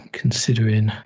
considering